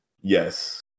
Yes